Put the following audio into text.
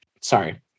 sorry